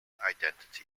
identity